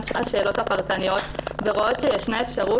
השאלות הפרטניות ורואות שישנה אפשרות,